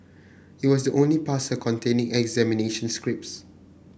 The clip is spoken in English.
it was only parcel containing examination scripts